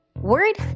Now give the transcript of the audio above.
Word